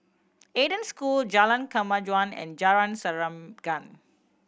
Eden School Jalan Kemajuan and Jalan